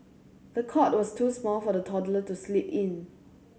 the cot was too small for the toddler to sleep in